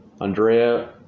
Andrea